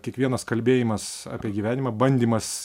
kiekvienas kalbėjimas apie gyvenimą bandymas